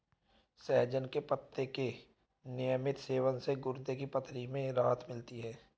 सहजन के पत्ते के नियमित सेवन से गुर्दे की पथरी में राहत मिलती है